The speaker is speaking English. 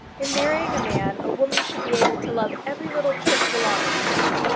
in marrying a man a woman should be able to love every little trick belonging to him.